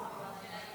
ועדת